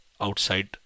outside